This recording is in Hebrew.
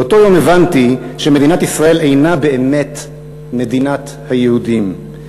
באותו יום הבנתי שמדינת ישראל אינה באמת מדינת היהודים,